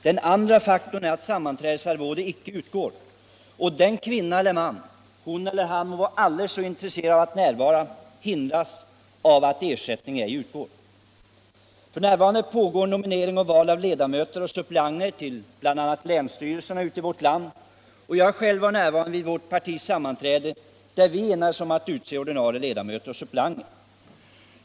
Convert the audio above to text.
För det andra utgår inte sammanträdesarvoden, och vederbörande kvinna eller man — hon eller han må vara aldrig så intresserad av att närvara — hindras av att ersättning inte utgår. F.n. pågår nominering och val av ledamöter och suppleanter till länsstyrelserna ute i vårt land. Jag var själv närvarande vid vårt partis sammanträden i valberedning och landstingsgrupp, där vi enades om att utse ordinarie ledamöter och suppleanter.